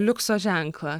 liukso ženklą